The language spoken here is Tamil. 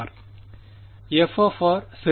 f சரி